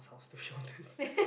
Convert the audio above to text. the shortest